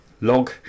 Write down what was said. log